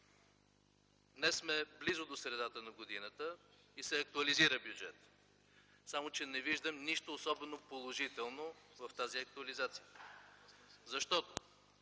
Днес сме близо до средата на годината и се актуализира бюджетът, само че не виждам нищо, особено положително, в тази актуализация, защото